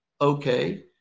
Okay